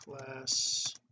class